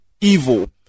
evil